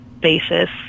basis